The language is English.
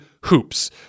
HOOPS